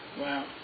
Wow